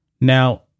Now